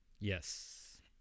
Yes